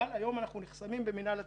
אבל היום אנחנו נחסמים במינהל התכנון.